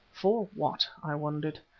for what, i wondered.